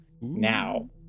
now